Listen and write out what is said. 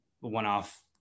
one-off